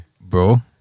Bro